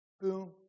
boom